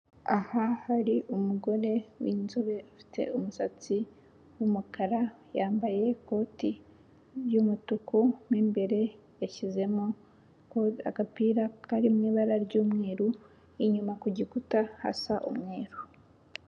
Aha hari umugore w'inzobe ufite umusatsi w'umukara yambaye ikoti ry'umutuku, imbere yashyizemo agapira karirimo ibara ry'umweru inyuma ku gikuta hasa umweru.